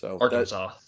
Arkansas